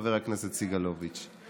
חבר הכנסת סגלוביץ',